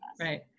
right